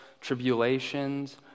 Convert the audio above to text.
tribulations